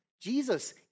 Jesus